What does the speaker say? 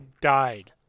died